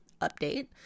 update